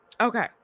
Okay